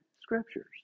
scriptures